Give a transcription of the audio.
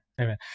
Amen